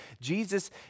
Jesus